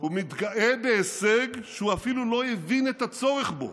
הוא מתגאה בהישג שהוא אפילו לא הבין את הצורך בו.